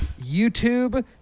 YouTube